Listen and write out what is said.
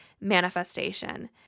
manifestation